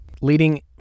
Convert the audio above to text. Leading